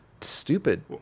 Stupid